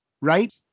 right